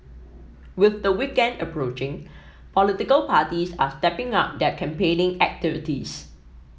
with the weekend approaching political parties are stepping up their campaigning activities